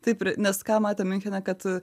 taip ir nes ką matėme miunchene kad